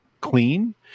clean